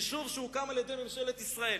יישוב שהוקם על-ידי ממשלת ישראל.